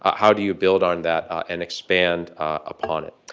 how do you build on that and expand upon it?